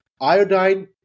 iodine